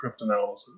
cryptanalysis